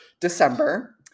December